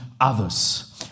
others